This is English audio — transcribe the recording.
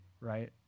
right